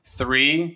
three